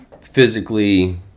physically